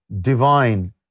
divine